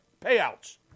payouts